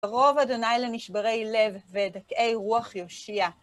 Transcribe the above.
קרוב אדוניי לנשברי לב ודכאי רוח יושיע.